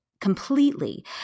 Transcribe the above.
completely